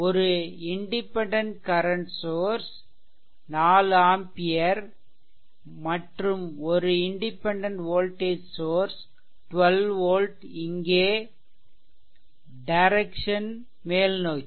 ஒரு independent current source 4 ampere மற்றும் ஒரு இன்டிபெண்டென்ட் வோல்டேஜ் சோர்ஸ் 12 volt இங்கே டைரெக்சன் மேல்நோக்கி